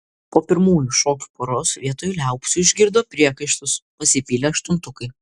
po pirmųjų šokių poros vietoj liaupsių išgirdo priekaištus pasipylė aštuntukai